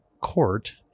Court